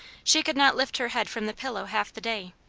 she could not lift her head from the pillow half the day,